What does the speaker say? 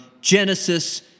Genesis